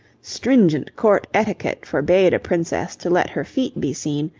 stringent court etiquette forbade a princess to let her feet be seen,